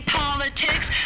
politics